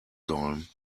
sollen